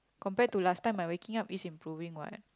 compare to last time my waking up is improving what